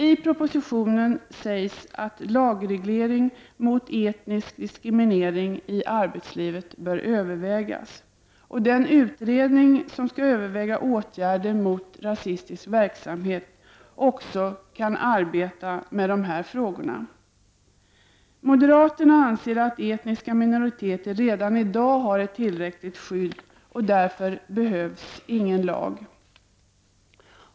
I propositionen sägs att en lagreglering mot etnisk diskriminering i arbetslivet bör övervägas och att den utredning som skall överväga åtgärder mot rasistisk verksamhet också kan arbeta med dessa frågor. Moderaterna anser att etniska minoriteter redan i dag har ett tillräckligt skydd och att en lag därför inte behövs.